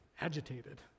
agitated